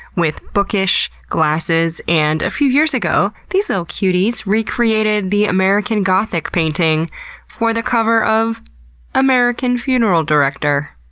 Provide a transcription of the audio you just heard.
with bookish glasses, and a few years ago these little cuties recreated the american gothic painting for the cover of american funeral director.